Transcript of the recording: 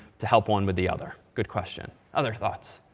to help one with the other. good question. other thoughts?